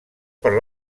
per